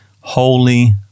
holy